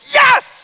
yes